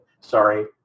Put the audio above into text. Sorry